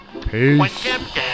Peace